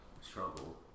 struggle